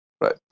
Right